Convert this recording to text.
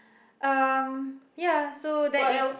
um ya so that is